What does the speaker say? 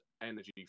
energy